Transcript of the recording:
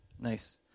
nice